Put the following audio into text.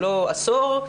לא עשור,